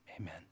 Amen